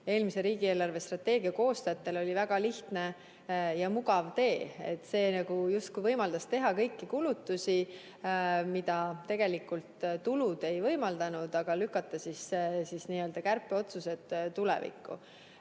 eelmise riigi eelarvestrateegia koostajatele oli see väga lihtne ja mugav tee. See justkui võimaldas teha kõiki kulutusi, mida tegelikult tulud ei võimaldanud, aga lükata n-ö kärpeotsused tulevikku.